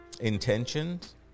intentions